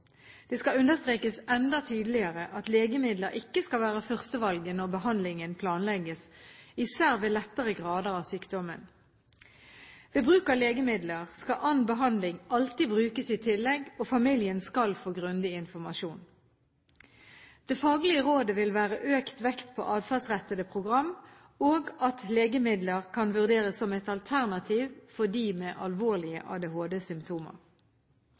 Det skal understrekes enda tydeligere at legemidler ikke skal være førstevalget når behandlingen planlegges, især ved lettere grader av sykdommen. Ved bruk av legemidler skal annen behandling alltid brukes i tillegg, og familien skal få grundig informasjon. Det faglige rådet vil være økt vekt på atferdsrettede program, og at legemidler kan vurderes som et alternativ for dem med alvorlige